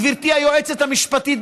גברתי היועצת המשפטית,